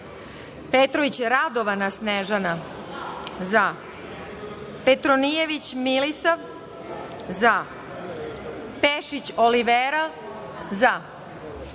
zaPetrović Radovana Snežana – zaPetronijević Milisav – zaPešić Olivera –